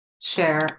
share